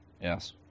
Yes